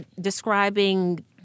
describing